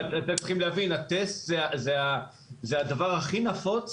אתם צריכים להבין, הטסט זה הדבר הכי נפוץ